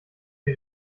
die